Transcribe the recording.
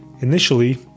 Initially